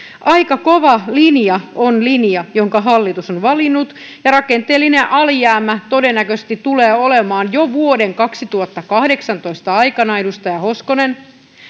aika kova on linja jonka hallitus on valinnut ja rakenteellinen alijäämä todennäköisesti tulee olemaan jo vuoden kaksituhattakahdeksantoista aikana edustaja hoskonen